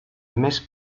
més